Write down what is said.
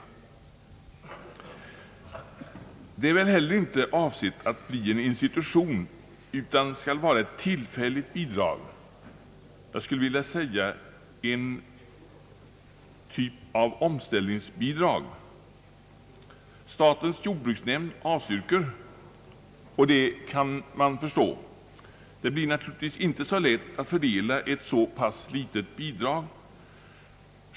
Bidragen är väl heller inte avsedda att bli en institution utan skall vara tillfälliga, jag skulle vilja säga av typen omställningsbidrag. motionen, vilket jag kan förstå. Det blir naturligtvis inte så lätt att fördela ett så pass litet bidrag.